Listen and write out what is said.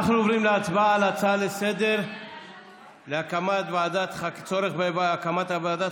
עוברים להצבעה על הצעה לסדר-היום בנושא: הצורך בהקמת ועדת